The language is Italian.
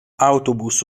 autobus